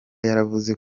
yaravuze